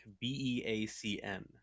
B-E-A-C-N